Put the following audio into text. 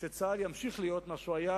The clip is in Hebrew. שצה"ל ימשיך להיות מה שהוא היה,